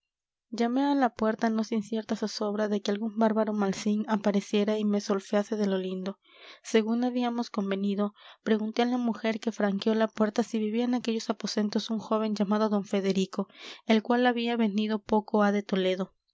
llamamos llamé a la puerta no sin cierta zozobra de que algún bárbaro malsín apareciera y me solfease de lo lindo según habíamos convenido pregunté a la mujer que franqueó la puerta si vivía en aquellos aposentos un joven llamado d federico el cual había venido poco ha de toledo